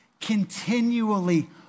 continually